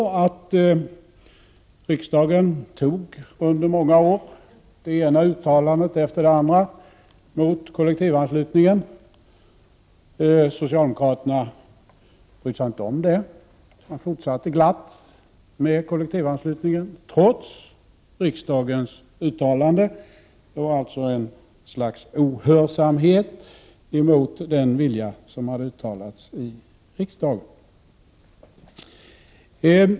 Riksdagen antog under många år det ena uttalandet efter det andra mot kollektivanslutningen. Socialdemokraterna brydde sig inte om det. De fortsatte glatt med kollektivanslutningen, trots riksdagens uttalanden. Det var alltså ett slags ohörsamhet mot den vilja som hade uttalats i riksdagen.